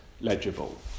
legible